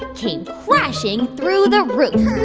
came crashing through the roof.